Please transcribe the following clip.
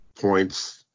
points